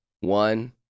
One